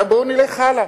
עכשיו בואו נלך הלאה.